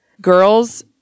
Girls